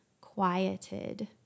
quieted